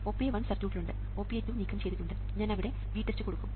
OPA1 സർക്യൂട്ടിൽ ഉണ്ട് OPA2 നീക്കം ചെയ്തിട്ടുണ്ട് ഞാൻ അവിടെ VTEST കൊടുക്കും